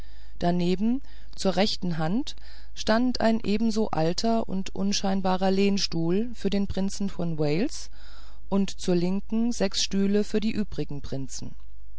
daneben zur rechten hand stand ein ebenso alter und unscheinbarer lehnstuhl für den prinzen von wales und zur linken sechs stühle für die übrigen prinzen